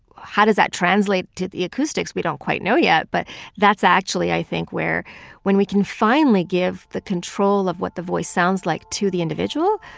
how does that translate to the acoustics? we don't quite know yet, but that's actually i think where when we can finally give the control of what the voice sounds like to the individual,